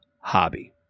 hobby